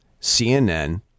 CNN